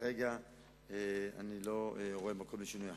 כרגע אני לא רואה מקום לשינוי ההחלטה.